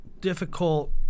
difficult